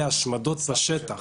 אלה השמדות בשטח